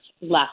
left